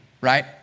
right